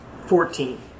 Fourteen